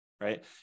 right